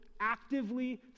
actively